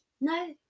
No